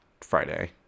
friday